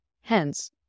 Hence